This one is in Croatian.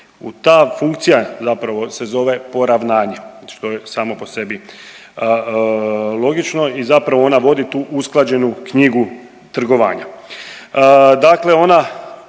ta funkcija zapravo se zove poravnanje zato što je samo po sebi logično i zapravo ona vodi tu usklađenu knjigu trgovanja,